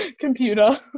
computer